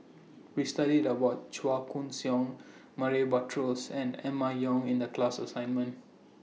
We studied The What Chua Koon Siong Murray Buttrose and Emma Yong in The class assignment